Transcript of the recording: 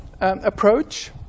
approach